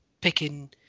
picking